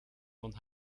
von